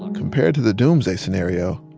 and compared to the doomsday scenario,